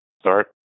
start